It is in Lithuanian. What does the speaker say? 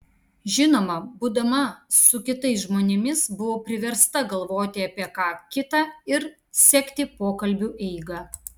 žinoma būdama su kitais žmonėmis buvau priversta galvoti apie ką kita ir sekti pokalbių eigą